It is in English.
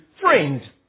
friend